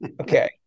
okay